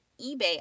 eBay